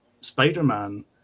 Spider-Man